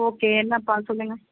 okay என்னப்பா சொல்லுங்கள்